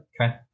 Okay